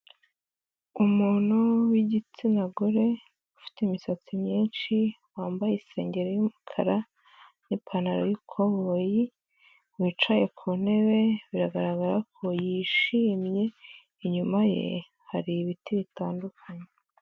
Umuntu w'igitsina gore, ufite imisatsi myinshi, wambaye isenge y'umukara n'ipantaro y'ikoboyi, wicaye ku ntebe, biragaragara ko yishimye, inyuma ye hari ibiti bitandukanye,